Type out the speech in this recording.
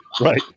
Right